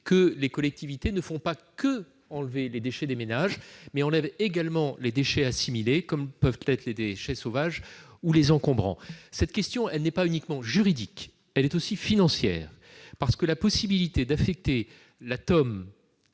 qu'elles ne font pas qu'enlever les déchets des ménages ; elles enlèvent également les déchets assimilés, comme les déchets sauvages et les encombrants. Cette question n'est pas uniquement juridique, mais aussi financière, parce que la possibilité d'affecter le